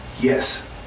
yes